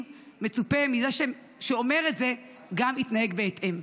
מצופה מזה שאומר את זה גם להתנהג בהתאם.